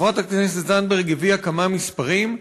חברת הכנסת זנדברג הביאה כמה מספרים,